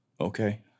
Okay